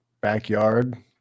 backyard